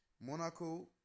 Monaco